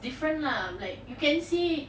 different lah like you can see